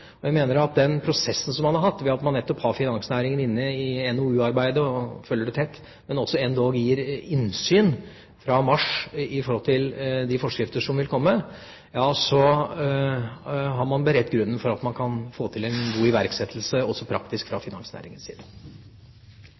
Og jeg mener at gjennom den prosessen som man har, ved at man nettopp har finansnæringen inne i NOU-arbeidet – og følger det tett – og endog har gitt innsyn fra mars om de forskrifter som vil komme, har man beredt grunnen for at man kan få til en god iverksettelse, også praktisk, fra finansnæringens side.